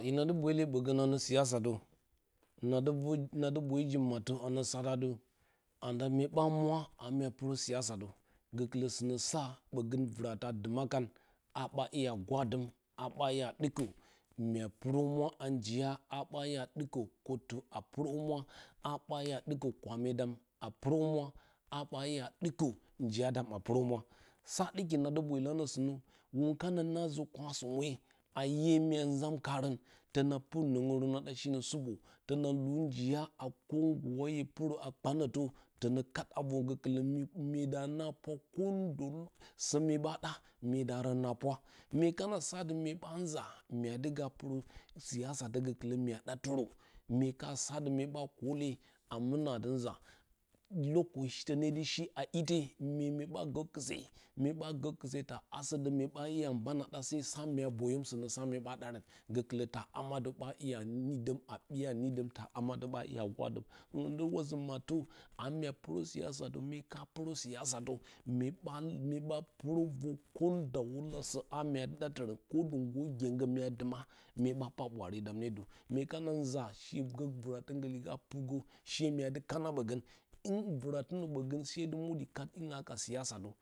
Hina dɨ boyle ɓogən anə siyasa na dɨ vu nadɨ boyo ii mattə ano sata anda mye ɓa mwa a mya puro siyasa gokɨlə sɨnə sa ɓogə vrata duma kan a ɓa iya gwadom a ɓa iya a mya parohumura a njiya iya vottə a purohumura a ɓa iya dɨko kwəmedam a purchamasa a ɓa iya ɗikə injiya dan a purohumwa sa ɗiki na dɨ boyilanə sɨnə bun kana na nzikwasome aye mya zam karən, tonə pur noran a da shinə supo tona lu njiya a kondowa hye purə a kpanotə tono kat a vor gokɨ lə myedarə na a pwa kondosə mye ɓa ɗa myedarən na pwa mye kana sadɨ mye ɓa nza mya muadu ga purə siyasa gokɨlə mya ɗa jerə mye ka satɨ mye ba kole a muna dɨ nza ne dɨh shi a ite mye no ɓa go kɨse mye ba go kɨse ta aso də mye ɓa sai a ban a ɗa sai sa mya boyom sinə sa mye ɓa darə gobilə ta ama də ɓa iya nidəm a biya a nidəm ta ama də ba iya gwadəm mye nə wa zi mattə a mya purə to mye ka punə siyasa mye ɓa mye ɓa purə vor kondawulasə a mya dɨ ɗatirə dɨ də gengyo mya duma mye ɓa pa ɓwaredam ne də mye kana uza shi se vratə ngɨ purgə she mua kana ɓogə in vratinə ɓogə she dɨ mudi kat in na ka siyasa.